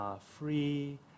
free